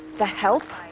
the help?